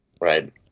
Right